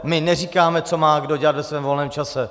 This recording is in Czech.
My neříkáme, co má kdo dělat ve svém volném čase.